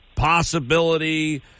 possibility